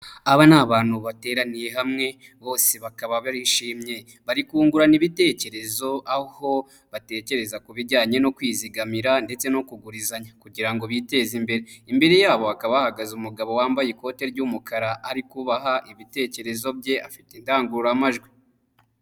Aba ni abantu bateraniye hamwe bose bakaba barishimye bari kungurana ibitekerezo aho batekereza ku bijyanye no kwizigamira ndetse no kugurizanya kugira ngo biteze imbere, imbere yabo bakaba bahagaze umugabo wambaye ikote ry'umukara ari kubabaha ibitekerezo bye afite indangururamajwi.